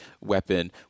weapon